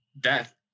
death